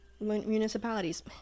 municipalities